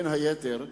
בין היתר,